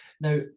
Now